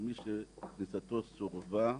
למי שכניסתו סורבה,